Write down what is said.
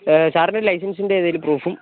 സാറിൻ്റെ ഒരു ലൈസൻസിൻ്റെ ഏതെങ്കിലും പ്രൂഫും